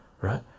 right